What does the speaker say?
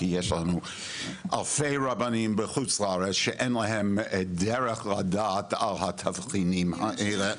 כי יש לנו אלפי רבנים בחוץ לארץ שאין להם דרך לדעת על התבחינים האלה.